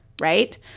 Right